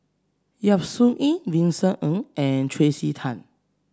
Yap Su Yin Vincent Ng and Tracey Tan